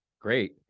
great